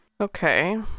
Okay